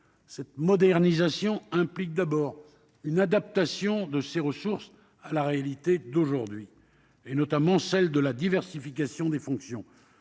Cette modernisation implique d'abord une adaptation des ressources de la Chancellerie à la réalité d'aujourd'hui, notamment celle de la diversification des fonctions.